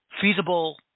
feasible